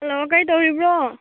hello ꯀꯩ ꯇꯧꯔꯤꯕ꯭ꯔꯣ